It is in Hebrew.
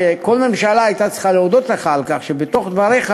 שכל ממשלה הייתה צריכה להודות לך על כך שמתוך דבריך